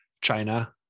china